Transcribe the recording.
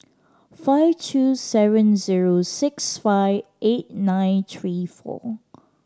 five three seven zero six five eight nine three four